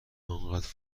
انقد